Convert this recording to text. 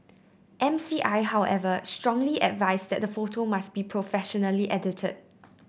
M C I however strongly advised that the photo must be professionally edited